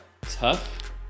tough